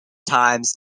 times